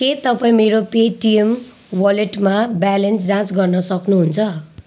के तपाईँ मेरो पेटिएम वालेटमा ब्यालेन्स जाँच गर्न सक्नुहुन्छ